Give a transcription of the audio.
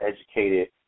educated